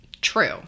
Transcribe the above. True